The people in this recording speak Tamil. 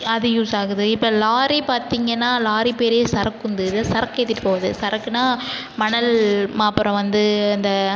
அது யூசாகுது இப்போ லாரி பார்த்தீங்கனா லாரி பேரே சரக்குந்து சரக்கேற்றிட்டு போது சரக்குன்னா மணல் ம அப்புறம் வந்து இந்த